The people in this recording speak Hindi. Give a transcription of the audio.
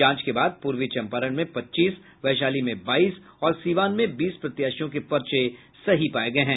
जांच के बाद पूर्वी चम्पारण में पच्चीस वैशाली में बाईस और सीवान में बीस प्रत्याशियों के पर्चे सही पाये गये हैं